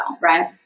right